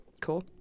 Cool